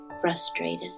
frustrated